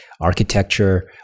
architecture